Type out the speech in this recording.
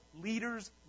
leaders